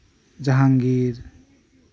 ᱡᱟᱦᱟᱝᱜᱤᱨ